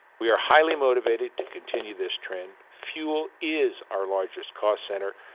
we are highly motivated to continue this trend. fuel is our largest cost center,